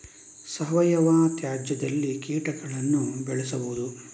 ಸಾವಯವ ತ್ಯಾಜ್ಯದಲ್ಲಿ ಕೀಟಗಳನ್ನು ಬೆಳೆಸಬಹುದು